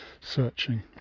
searching